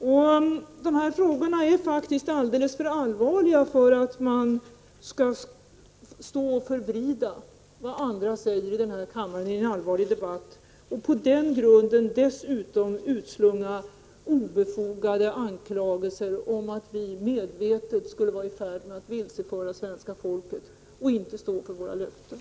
Dessa frågor är faktiskt alltför allvarliga för att man skall få förvrida vad andra säger i den här kammaren i en seriös debatt och på den grunden dessutom utslunga obefogade anklagelser om att vi medvetet skulle vara i färd med att vilseföra svenska folket och inte stå för våra löften.